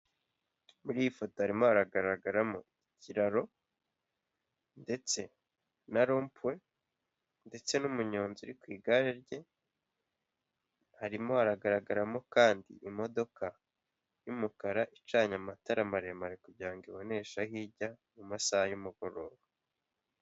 Muri i foto harimo haragaragaramo ikiraro ndetse na rompuwe ndetse n'umunyonzi uri ku igare rye harimo haragaragaramo kandi imodoka y'umukara icanye amatara maremare kugira ngo iboneshe aho ijya mu masaha y'umugoroba.